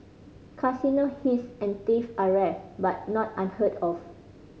casino heist and theft are rare but not unheard of